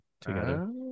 together